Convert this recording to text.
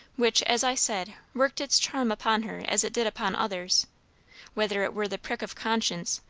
which, as i said, worked its charm upon her as it did upon others whether it were the prick of conscience,